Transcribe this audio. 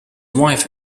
wife